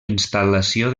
instal·lació